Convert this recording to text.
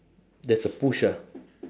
there's a push ah